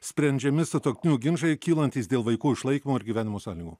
sprendžiami sutuoktinių ginčai kylantys dėl vaikų išlaikymo ir gyvenimo sąlygų